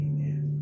Amen